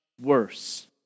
worse